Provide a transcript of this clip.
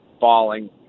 falling